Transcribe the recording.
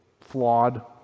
flawed